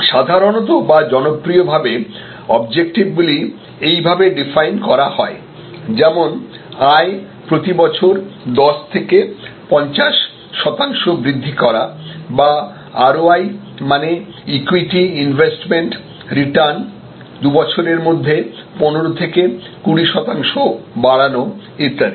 সাধারণত বা জনপ্রিয়ভাবে অবজেক্টিভগুলি এই ভাবে ডিফাইন করা হয় যেমন আয় প্রতি বছর 10 থেকে 15 শতাংশ বৃদ্ধি করা বা ROI মানে ইকুইটি ইনভেস্টমেন্ট রিটার্ন 2 বছরের মধ্যে15 থেকে 20 শতাংশ বাড়ানো ইত্যাদি